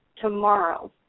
tomorrow